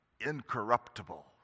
Incorruptible